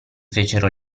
fecero